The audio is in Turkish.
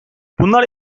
bunlar